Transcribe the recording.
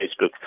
Facebook